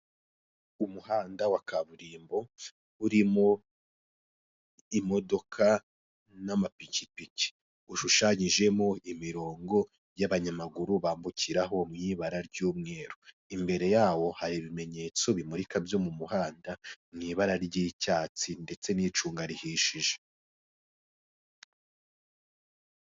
Umuhanda wa kaburimbo urimo imodoka n'amapikipiki ushushanyijemo imirongo y'abanyamaguru bambukiraho mu ibara ry'umweru. Imbere yawo hari ibimenyetso bimurika byo mu muhanda mu ibara ry'icyatsi ndetse n'icunga rihishije.